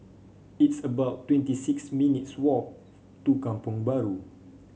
it's about twenty six minutes' walk to Kampong Bahru